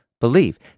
believe